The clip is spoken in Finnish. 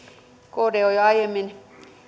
kd on jo aiemmin